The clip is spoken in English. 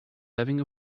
having